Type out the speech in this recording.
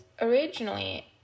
Originally